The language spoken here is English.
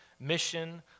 mission